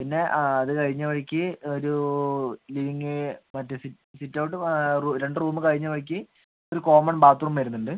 പിന്നെ ആ അത് കഴിഞ്ഞ വഴിക്ക് ഒരൂ ലിവിംഗ് ഏ മറ്റെ സിറ്റ് സിറ്റ് ഔട്ട് രണ്ട് റൂമ് കഴിഞ്ഞ വഴിക്ക് ഒരു കോമൺ ബാത്ത്റൂം വരുന്നുണ്ട്